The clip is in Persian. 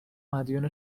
مدیون